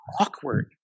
awkward